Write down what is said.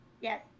Yes